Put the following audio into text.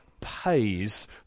pays